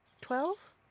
Twelve